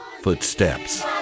footsteps